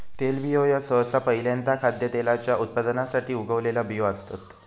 तेलबियो ह्यो सहसा पहील्यांदा खाद्यतेलाच्या उत्पादनासाठी उगवलेला बियो असतत